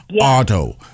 auto